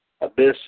Abyss